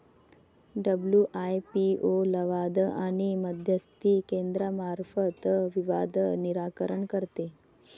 WIPO लवाद आणि मध्यस्थी केंद्रामार्फत विवाद निराकरण करते